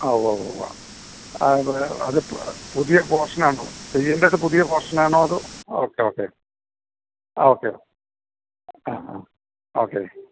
ആ ഉവ്വ് ഉവ്വ് ഉവ്വ് അതിപ്പം അതിപ്പം പുതിയ പോർഷൻ ആണോ വീടിൻ്റെ പുതിയ പോർഷൻ ആണോ അതോ ഓക്കെ ഓക്കെ ഓക്കെ ആ ആ ഓക്കെ